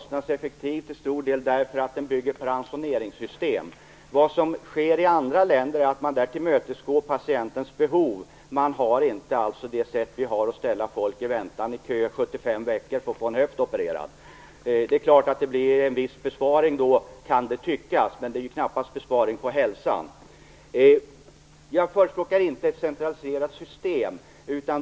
Fru talman! Vården är kostnadseffektiv till stor del därför att den bygger på ransoneringssystem. Vad som sker i andra länder är att man där tillmötesgår patienternas behov. Man har inte vårt system att ställa folk i kö i 75 veckor för att få en höft opererad. Det är klart att det kan tyckas innebära en viss besparing, men det är knappast någon besparing av hälsan. Jag förespråkar inte ett centraliserat system.